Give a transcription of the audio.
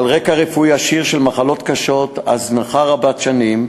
עם רקע רפואי עשיר של מחלות קשות והזנחה רבת שנים.